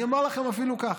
אני אומר לכם אפילו כך: